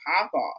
pop-off